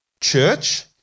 church